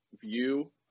view